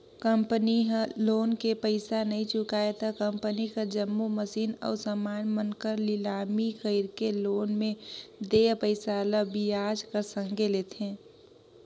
company ह loan के पइसा नी चुकाय त कंपनी कर जम्मो मसीन अउ समान मन कर लिलामी कइरके लोन में देय पइसा ल बियाज कर संघे लेथे